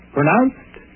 Pronounced